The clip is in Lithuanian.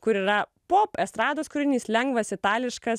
kur yra pop estrados kūrinys lengvas itališkas